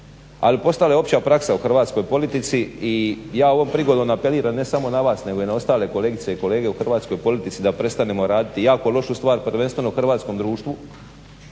ali postala je opća praksa u hrvatskoj politici i ja ovom prigodom apeliram ne samo na vas nego i na ostale kolegice i kolege u hrvatskoj politici da prestanemo raditi jako lošu stvar prvenstveno hrvatskom društvu,